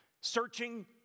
searching